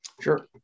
Sure